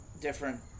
different